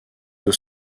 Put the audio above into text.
deux